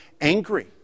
angry